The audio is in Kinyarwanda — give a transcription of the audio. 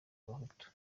abahutu